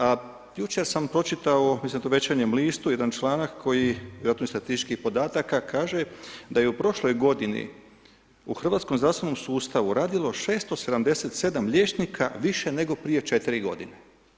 A jučer sam pročitao, mislim to u Večernjem listu jedan članak koji, vjerojatno iz statističkih podataka kaže da je i u prošloj godini u hrvatskom zdravstvenom sustavu radilo 677 liječnika više nego prije 4 godine.